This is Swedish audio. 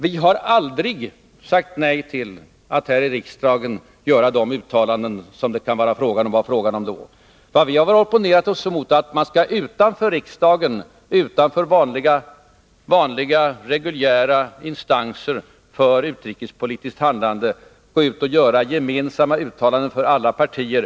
Vi sade aldrig nej till att här i riksdagen göra de uttalanden som det då var fråga om. Vad vi har opponerat oss mot är att man utanför riksdagen och utanför reguljära instanser för utrikespolitiskt handlande skulle gå ut och göra gemensamma uttalanden för alla partier.